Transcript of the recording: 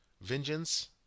vengeance